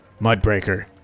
Mudbreaker